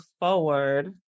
forward